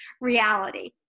reality